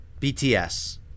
BTS